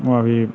ओ अभी